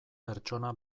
pertsona